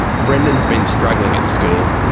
brendan's been struggling at school,